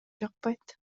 жакпайт